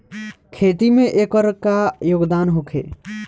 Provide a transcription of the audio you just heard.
खेती में एकर का योगदान होखे?